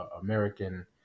American